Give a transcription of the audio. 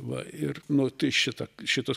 va ir nu tai šitą šituos